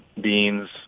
beans